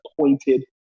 pointed